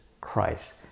Christ